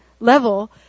level